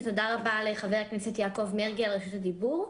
ותודה רבה לחבר הכנסת יעקב מרגי על רשות הדיבור.